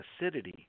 acidity